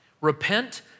Repent